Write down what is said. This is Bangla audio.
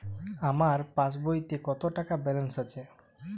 আমার পাসবইতে কত টাকা ব্যালান্স আছে?